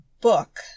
book